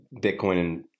Bitcoin